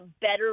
better